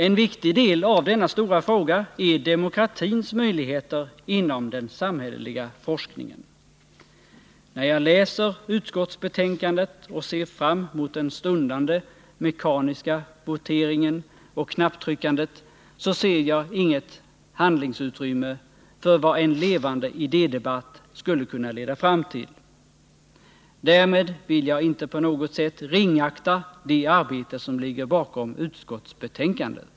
En viktig delfråga är demokratins möjligheter inom den samhälleliga forskningen. När jag läser utskottsbetänkandet och ser fram emot den stundande mekaniska voteringen och knapptryckandet finner jag inget handlingsutrymme för vad en levande idédebatt skulle kunna leda fram till. Därmed vill jag inte på något sätt ringakta det arbete som ligger bakom utskottsbetänkandet.